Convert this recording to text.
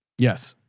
yes.